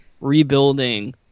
rebuilding